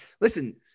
listen